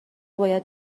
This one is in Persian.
باید